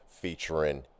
featuring